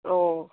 অঁ